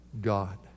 God